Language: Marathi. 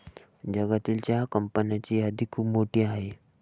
जगातील चहा कंपन्यांची यादी खूप मोठी आहे